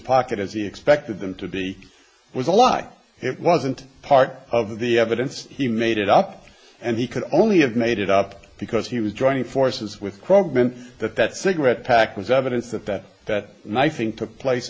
pocket as he expected them to be was a lie it wasn't part of the evidence he made it up and he could only have made it up because he was joining forces with krugman that that cigarette pack was evidence that that that and i think took